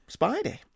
Spidey